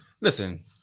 Listen